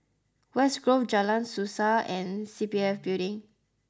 West Grove Jalan Suasa and C P F Building